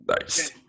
Nice